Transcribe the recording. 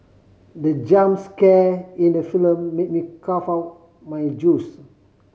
the jump scare in the film made me cough out my juice